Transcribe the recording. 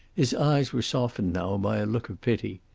his eyes were softened now by a look of pity.